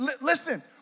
Listen